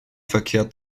verkehrt